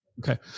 Okay